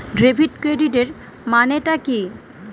Debit ক্রেডিটের মানে টা কি?